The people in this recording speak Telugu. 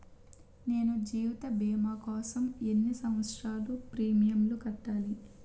నేను జీవిత భీమా కోసం ఎన్ని సంవత్సారాలు ప్రీమియంలు కట్టాలి?